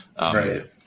Right